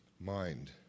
mind